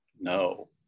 No